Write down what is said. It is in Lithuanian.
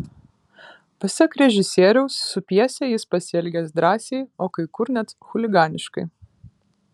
pasak režisieriaus su pjese jis pasielgęs drąsiai o kai kur net chuliganiškai